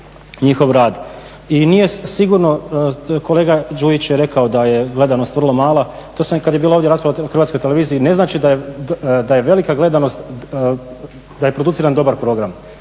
njihov rad. I nije sigurno, kolega Đujić je rekao da je gledanost vrlo mala, to sam i kad je bila ovdje rasprava o Hrvatskoj televiziji, ne znači da je velika gledanost, da je produciran veliki program,